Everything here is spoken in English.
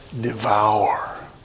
devour